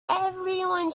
everyone